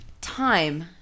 time